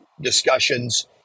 discussions